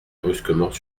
brusquement